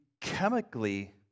chemically